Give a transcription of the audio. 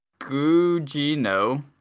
Gugino